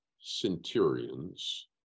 centurions